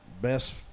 best